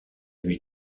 lui